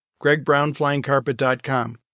gregbrownflyingcarpet.com